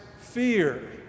fear